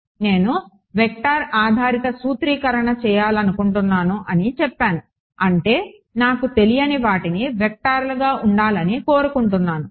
నేను వెక్టర్ ఆధారిత సూత్రీకరణ చేయాలనుకుంటున్నాను అని చెప్పాను అంటే నాకు తెలియని వాటిని వెక్టర్లుగా ఉండాలని కోరుకుంటున్నాను